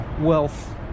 wealth